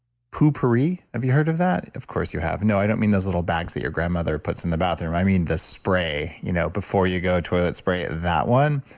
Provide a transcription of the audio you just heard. poo-pourri. have you heard of that? of course, you have no, i don't mean those little bags that your grandmother puts in the bathroom. i mean the spray, you know before you go toilet spray, that one.